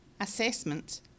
assessment